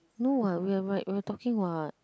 no [what] we are we are we are talking [what]